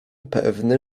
pewny